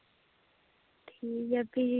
ठीक ऐ फ्ही